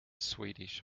swedish